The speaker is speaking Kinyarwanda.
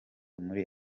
muri